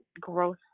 growth